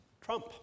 Trump